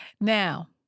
Now